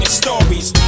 stories